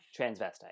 transvestite